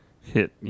hit